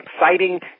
exciting